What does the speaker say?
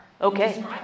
Okay